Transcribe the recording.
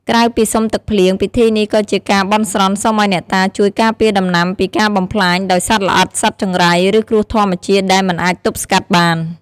ក្រៅពីសុំទឹកភ្លៀង ពិធីនេះក៏ជាការបន់ស្រន់សុំឱ្យអ្នកតាជួយការពារដំណាំពីការបំផ្លាញដោយសត្វល្អិត សត្វចង្រៃ ឬគ្រោះធម្មជាតិដែលមិនអាចទប់ស្កាត់បាន។